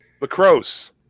Lacrosse